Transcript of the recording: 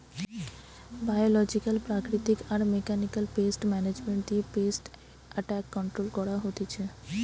biological প্রাকৃতিক আর mechanical pest management দিয়ে পেস্ট এট্যাক কন্ট্রোল করা হতিছে